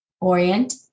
orient